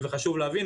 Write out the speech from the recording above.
חשוב להבין,